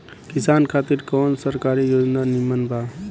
किसान खातिर कवन सरकारी योजना नीमन बा?